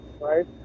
right